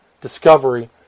discovery